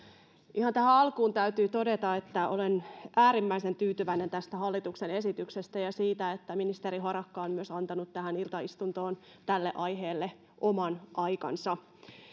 ihan tähän alkuun täytyy todeta että olen äärimmäisen tyytyväinen tästä hallituksen esityksestä ja siitä että myös ministeri harakka on antanut tähän iltaistuntoon tällä aiheelle oman aikansa